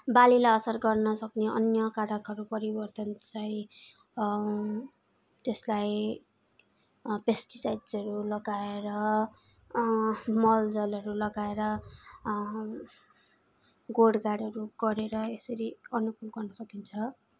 बालीलाई असर गर्न सक्ने अन्य कारकहरू परिवर्तन चाहिँ त्यसलाई पेस्टिसाइटसहरू लगाएर मलजलहरू लगाएर गोडगाडहरू गरेर यसरी अनुप गर्न सकिन्छ